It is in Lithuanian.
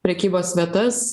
prekybos vietas